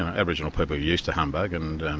and aboriginal people are used to humbug, and and